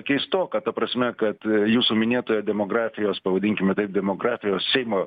keistoka ta prasme kad jūsų minėtoje demografijos pavadinkime taip demografijos seimo